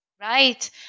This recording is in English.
right